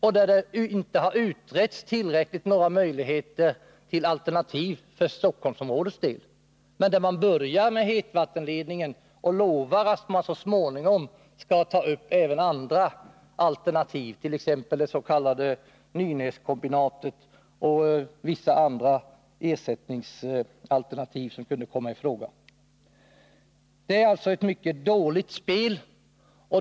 Några alternativ för Stockholmsområdets del har inte utretts tillräckligt — man börjar med hetvattenledningen och lovar att man så småningom skall ta upp även andra alternativ som kan komma i fråga, t.ex. det s.k. Nynäskombinatet. Det är ett mycket dåligt spel.